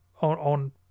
on